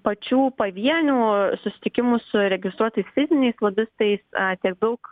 pačių pavienių susitikimų su registruotais fiziniais lobistais tiek daug